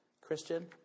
Christian